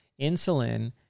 insulin